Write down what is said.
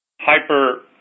hyper